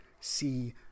see